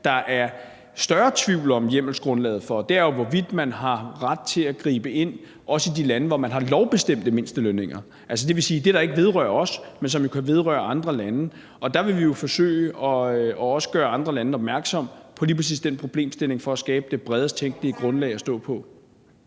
er en større tvivl om hjemmelsgrundlaget for, er jo, med hensyn til hvorvidt man også har ret til at gribe ind også i de lande, hvor der er lovbestemte mindstelønninger, og det vil sige det, som ikke vedrører os, men som kan vedrøre andre lande. Der vil vi jo også forsøge at gøre andre lande opmærksomme på lige præcis den problemstilling for at skabe det bredest tænkelige grundlag at stå på.